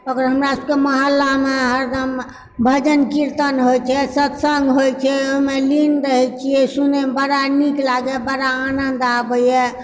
ओकर हमरा सभके मोहल्लामऽ हरदम भजन कीर्तन होइत छै सत्संग होइत छै ओहिमऽ लीन रहैत छियै सुनयमऽ बड़ा नीक लागयए बड़ा आनन्द आबयए